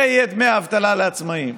זה יהיה דמי האבטלה לעצמאים.